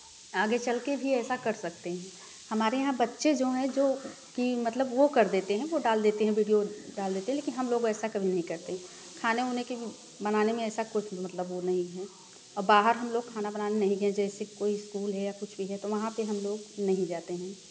आगे चल कर भी ऐसा कर सकते हैं हमारे यहाँ बच्चे जो हैं जो कि मतलब वो कर देते हैं वो डाल देते हैं विडियो डाल देते हैं लेकिन हम लोग ऐसा कभी नहीं करते खाने ऊने की भी बनाने में ऐसा कुछ मतलब वो नहीं है अब बाहर हम लोग खाना बनाने नहीं गए हैं जैसे कोई स्कूल है या कुछ भी है तो वहाँ पर हम लोग नहीं जाते हैं